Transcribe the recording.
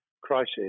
crisis